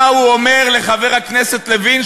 הם יושבים לבטח על כיסאותיהם.